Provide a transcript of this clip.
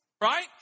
right